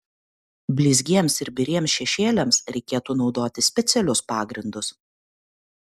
blizgiems ir biriems šešėliams reikėtų naudoti specialius pagrindus